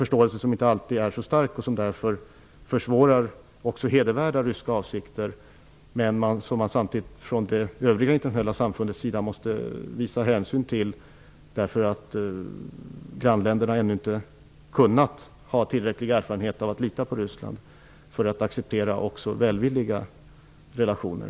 Förståelsen är inte alltid så stor, vilket gör det svårt även när de ryska avsikterna är hedervärda. Samtidigt måste man ju från det internationella samfundets sida ta hänsyn till att grannländerna ännu inte har tillräcklig erfarenhet av att lita på Ryssland för att kunna acceptera välvilliga relationer.